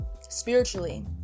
spiritually